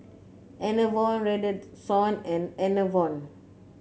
Enervon Redoxon and Enervon